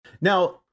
Now